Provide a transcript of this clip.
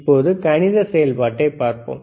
இப்போது கணித செயல்பாட்டைப் பார்ப்போம்